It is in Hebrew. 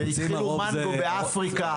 התחילו מנגו באפריקה,